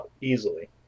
easily